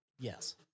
Yes